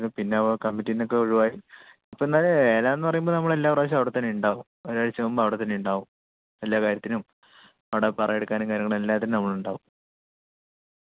പിന്നെ കമ്മിറ്റിയിൽ നിന്നൊക്കെ ഒഴിവായി ഇപ്പോഴെന്തായാലും വേലയെന്ന് പറയുമ്പോൾ നമ്മൾ എല്ലാ പ്രാവശ്യവും അവിടെത്തന്നെ ഉണ്ടാവും ഒരാഴ്ച മുമ്പ് അവിടെ തന്നെ ഉണ്ടാവും എല്ലാ കാര്യത്തിനും അവിടെ പറ എടുക്കാനും കാര്യങ്ങളും എല്ലാത്തിനും നമ്മൾ ഉണ്ടാവും